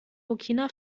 burkina